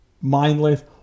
mindless